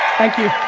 thank you.